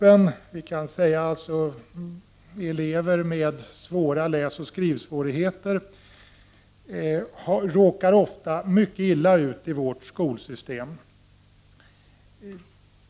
Elever med stora läsoch skrivsvårigheter råkar ofta mycket illa ut i vårt skolsystem.